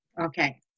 Okay